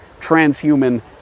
transhuman